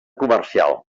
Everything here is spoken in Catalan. comercial